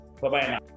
Bye-bye